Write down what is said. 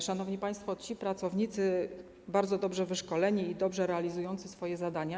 Szanowni państwo, ci pracownicy są bardzo dobrze wyszkoleni i dobrze realizują swoje zadania.